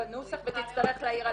והובטח שיידונו כאן ולא נדונו.